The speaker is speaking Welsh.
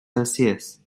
celsius